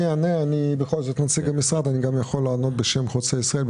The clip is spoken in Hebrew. אני בכל זאת נציג המשרד ויכול לענות בשם חוצה ישראל,